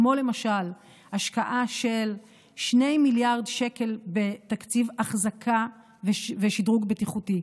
כמו למשל השקעה של 2 מיליארד שקל בתקציב אחזקה ושדרוג בטיחותי,